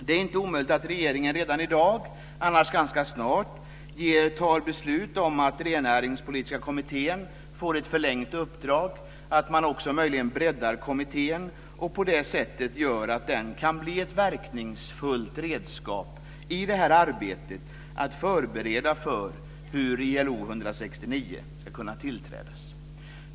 Det är inte omöjligt att regeringen redan i dag, annars ganska snart, fattar beslut om att Rennäringspolitiska kommittén får ett förlängt uppdrag, att kommittén breddas och därmed blir ett verkningsfullt redskap i arbetet att förbereda för hur ILO 169 ska kunna tillträdas.